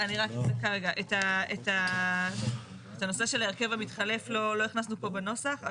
את הנושא של ההרכב המתחלף לא הכנסו פה בנוסח.